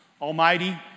Almighty